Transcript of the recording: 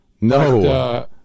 No